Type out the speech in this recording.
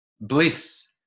bliss